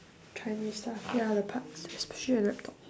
china stuff ya the parts especially the laptop